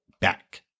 back